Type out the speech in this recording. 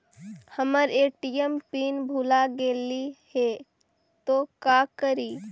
हमर ATM PIN भूला गेली हे, तो का करि?